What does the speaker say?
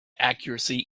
accuracy